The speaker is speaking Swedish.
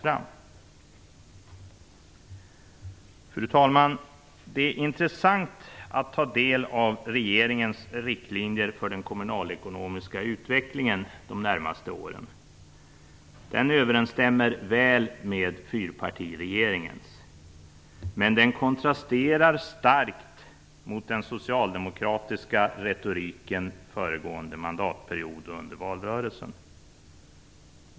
Fru talman! Det är intressant att ta del av regeringens riktlinjer för den kommunalekonomiska utvecklingen de närmaste åren. De överensstämmer väl med fyrpartiregeringens. Däremot kontrasterar de starkt mot den socialdemokratiska retoriken föregående mandatperiod och under valrörelsen.